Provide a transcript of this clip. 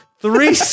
three